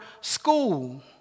school